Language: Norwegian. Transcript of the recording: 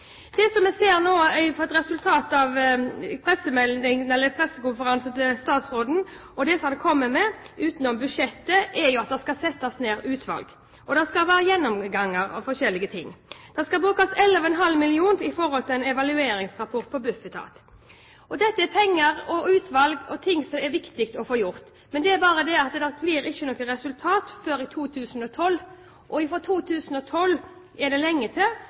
Det vi nå ser som resultat etter pressekonferansen til statsråden, og det han kommer med utenom budsjettet, er at det skal settes ned utvalg, og det skal være gjennomgang av forskjellige ting. Det skal brukes 11,5 mill. kr til en evalueringsrapport på Bufetat. Dette er penger og utvalg og ting som er viktig, men det er bare det at det ikke blir noe resultat før i 2012. Det er lenge til 2012, og mens vi venter på alle disse utredningene, er det